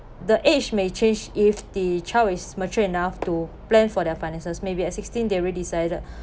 the age may change if the child is mature enough to plan for their finances maybe at sixteen they already decided